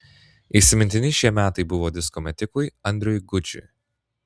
įsimintini šie metai buvo disko metikui andriui gudžiui